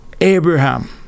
Abraham